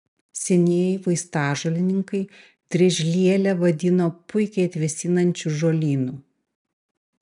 senieji vaistažolininkai driežlielę vadino puikiai atvėsinančiu žolynu